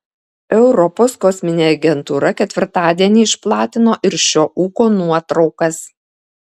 europos kosminė agentūra ketvirtadienį išplatino ir šio ūko nuotraukas